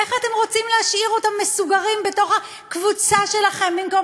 איך אתם רוצים להשאיר אותם מסוגרים בתוך הקבוצה שלכם במקום